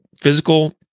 physical